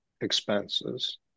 expenses